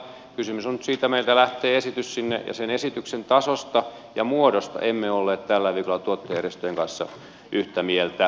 kysymys on nyt siitä että meiltä lähtee esitys sinne ja sen esityksen tasosta ja muodosta emme olleet tällä viikolla tuottajajärjestöjen kanssa yhtä mieltä